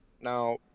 now